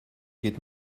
geht